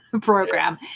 program